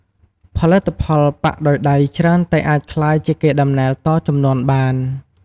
ផលិតផលប៉ាក់ដោយដៃច្រើនតែអាចក្លាយជាកេរដំណែលតជំនាន់បាន។